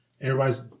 everybody's